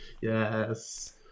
Yes